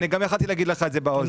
אני גם יכולתי להגיד לך את זה באוזן.